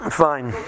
fine